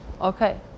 Okay